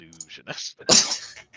illusionist